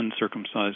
uncircumcised